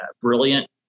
brilliant